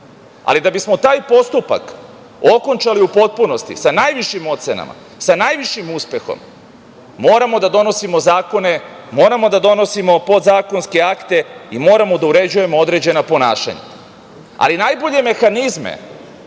ali da bismo taj postupak okončali u potpunosti sa najvišim ocenama, sa najvišim uspehom moramo da donosimo zakone, moramo da donosimo podzakonske akte i moramo da uređujemo određena ponašanja. Ali, najbolje mehanizme